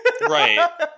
Right